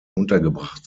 untergebracht